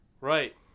Right